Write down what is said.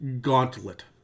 gauntlet